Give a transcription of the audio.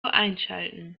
einschalten